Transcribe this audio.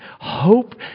hope